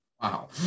Wow